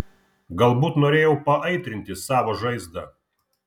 galbūt norėjau paaitrinti savo žaizdą